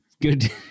Good